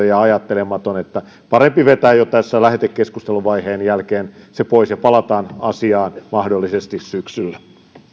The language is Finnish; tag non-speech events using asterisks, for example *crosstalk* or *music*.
*unintelligible* ja ajattelematon lainsäädäntö että parempi vetää jo lähetekeskusteluvaiheen jälkeen se pois ja palataan asiaan mahdollisesti syksyllä